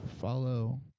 follow